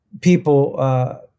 people